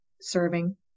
serving